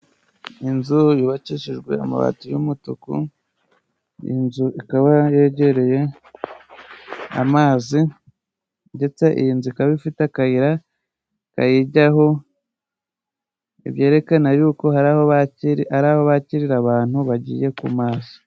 Inzu yubakishijwe amabati y'umutuku ,iyi nzu ikaba yegereye amazi, ndetse iyi nzu ikaba ifite akayira kayijyaho, ibyerekana yuko hari ari aho bakirira abantu bagiye ku mazi.